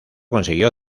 consiguió